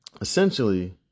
essentially